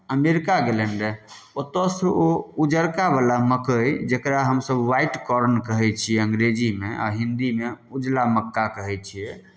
America गेलनि रहए ओतयसँ ओ उजरकावला मक्कइ जकरा हमसभ ह्वाइट कॉर्न कहै छियै अंग्रेजीमे आ हिंदीमे उजरा मक्का कहै छियै